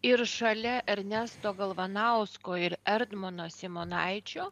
ir šalia ernesto galvanausko ir erdmano simonaičio